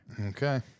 Okay